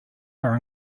are